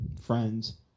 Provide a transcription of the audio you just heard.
friends